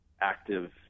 active